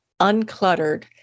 uncluttered